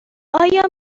آیا